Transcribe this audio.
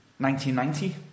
1990